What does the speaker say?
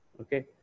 Okay